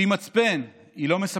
שהיא מצפן, היא לא מספקת.